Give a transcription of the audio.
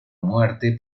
muerte